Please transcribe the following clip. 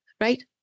right